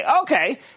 Okay